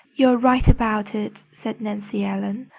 you're right about it, said nancy ellen.